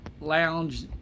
Lounge